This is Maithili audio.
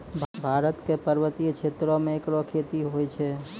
भारत क पर्वतीय क्षेत्रो म एकरो खेती होय छै